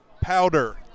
Powder